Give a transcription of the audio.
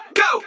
go